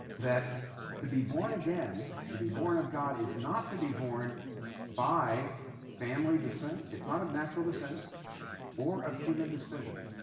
that to be born again, to be born of god, is not to be born by family descent, it's not of natural descent or of human decision.